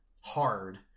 hard